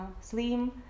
slim